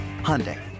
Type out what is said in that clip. Hyundai